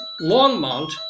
Longmont